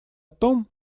том